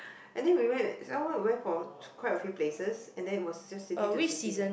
and then we went some more we went for quite a few places and then it was just city to city